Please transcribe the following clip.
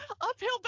uphill